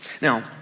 Now